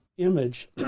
image